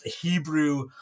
Hebrew